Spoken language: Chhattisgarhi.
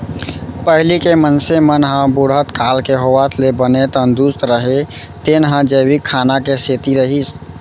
पहिली के मनसे मन ह बुढ़त काल के होवत ले बने तंदरूस्त रहें तेन ह जैविक खाना के सेती रहिस